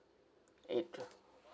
eight